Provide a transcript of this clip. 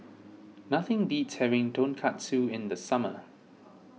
nothing beats having Tonkatsu in the summer